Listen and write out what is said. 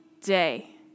day